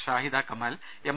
Shahida Kamal M